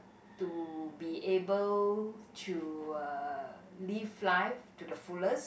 to be able to uh live life to the fullest